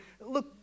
look